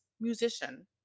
musician